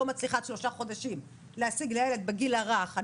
מצליחה עד שלושה חודשים להשיג לילד בגיל הרך,